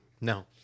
No